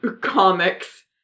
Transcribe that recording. comics